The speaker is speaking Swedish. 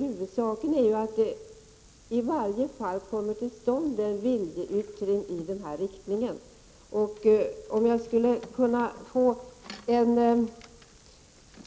Huvudsaken är att åtminstone en viljeyttring i denna riktning kommer till stånd. Om jag kunde få en